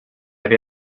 have